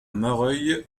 mareuil